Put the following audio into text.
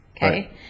Okay